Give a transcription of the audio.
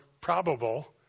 probable